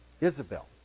Isabel